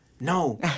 No